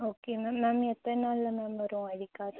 okay ma'am ma'am எத்தனை நாளில் ma'am வரும் ஐடி கார்டு